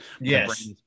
Yes